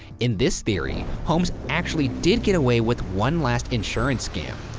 in this theory, holmes actually did get away with one last insurance scam,